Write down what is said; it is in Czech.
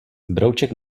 brouček